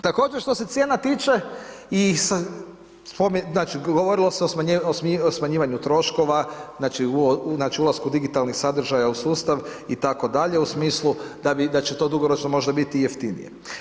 Također što se cijena tiče, znači govorilo se o smanjivanju troškova, znači ulasku digitalnih sadržaja u sustav itd. u smislu da će to dugoročno možda biti i jeftinije.